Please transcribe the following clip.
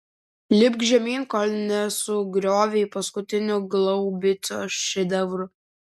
lipk žemyn kol nesugriovei paskutinių glaubico šedevrų